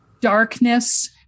darkness